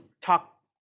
talk